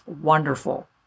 wonderful